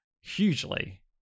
hugely